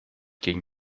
gegen